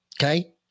Okay